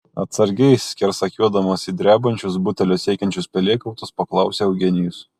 atsargiai skersakiuodamas į drebančius butelio siekiančius pelėkautus paklausė eugenijus